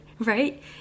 Right